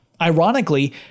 Ironically